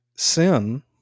Sin